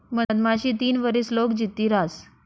मधमाशी तीन वरीस लोग जित्ती रहास